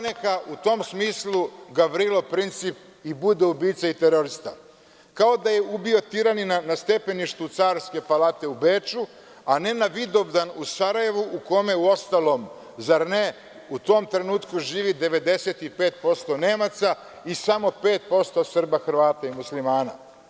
Neka u tom smislu Gavrilo Princip i bude ubica i terorista, kao da je ubio tiranina na stepeništu carske palate u Beču, a ne na Vidovdan u Sarajevu u kome, uostalom, zar ne, u tom trenutku živi 95% Nemaca i samo 5% Srba, Hrvata i Muslimana.